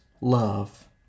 love